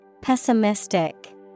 Pessimistic